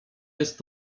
jest